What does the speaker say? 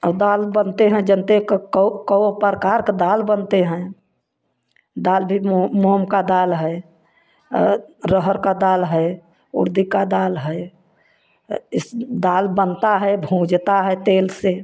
और दाल बनते हैं जनतै हो कओ कओ प्रकार का दाल बनते हैं दाल भी मोम का दाल है अरहर का दाल है उड़द का दाल है इस दाल बनता है भूंनता है तेल से